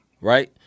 right